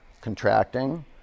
contracting